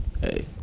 Hey